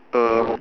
um